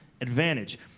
advantage